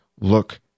look